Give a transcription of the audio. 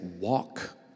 walk